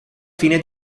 fine